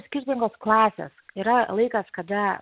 skirtingos klasės yra laikas kada